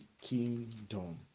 kingdom